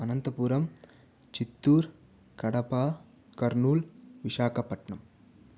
Anantapuram Chittoor Kadapa Kurnool Visakhapatnam